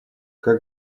как